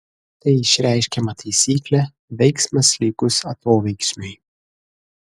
tai išreiškiama taisykle veiksmas lygus atoveiksmiui